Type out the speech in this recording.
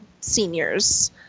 seniors